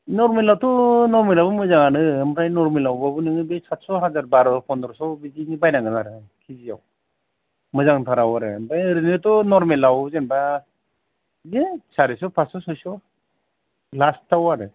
नर्मेलाथ' नर्मेलाबो मोजाङानो ओमफ्राय नर्मेलावबाबो नोङो सादसट हाजार बार' फन्द्रस' बिदिनि बायनांगोन आरो किजियाव मोजांथाराव आरो आमफ्राय ओरैनोथ' नर्मेलाव जेनबा बिदिनो सारिस' फासस' सइस' लास्थयाव आरो